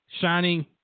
shining